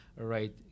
right